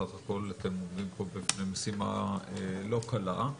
סך הכול אתם עומדים פה בפני משימה לא קלה.